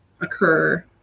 occur